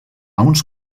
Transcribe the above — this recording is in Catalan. uns